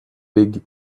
big